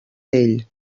ell